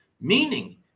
meaning